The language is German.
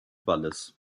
wallis